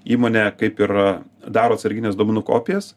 įmonė kaip ir daro atsargines duomenų kopijas